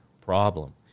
problem